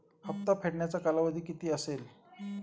हप्ता फेडण्याचा कालावधी किती असेल?